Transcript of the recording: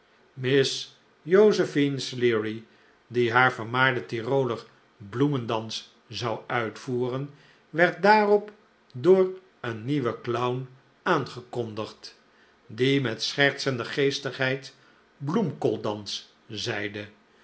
miss josephine sleary die haar vermaarden tiroler bloemendans zou uitvoeren werd daarop door een nieuwen clown aangekondigd die met schertsende geestigheid bloemkooldans zeide